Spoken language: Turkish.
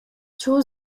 çoğu